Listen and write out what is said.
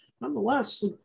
nonetheless